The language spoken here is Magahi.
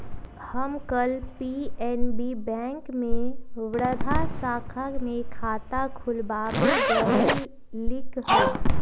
हम कल पी.एन.बी बैंक के वर्धा शाखा में खाता खुलवावे गय लीक हल